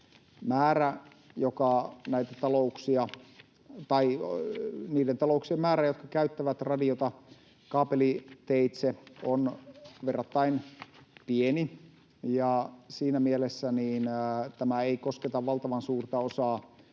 Niiden talouksien määrä, jotka käyttävät radiota kaapeliteitse, on verrattain pieni, ja siinä mielessä tämä ei kosketa valtavan suurta osaa